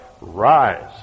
rise